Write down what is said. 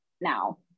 now